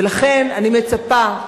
ולכן אני מצפה,